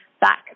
back